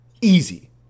Easy